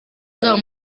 zabo